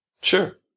Sure